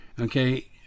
okay